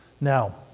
Now